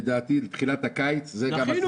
לדעתי תחילת הקיץ זה הזמן.